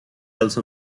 else